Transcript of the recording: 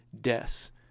deaths